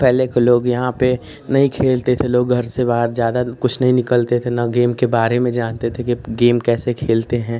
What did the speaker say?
पहले के लोग यहाँ पर नहीं खेलते थे लोग घर से बाहर ज़्यादा कुछ नहीं निकलते थे ना गेम के बारे में जानते थे कि गेम कैसे खेलते हैं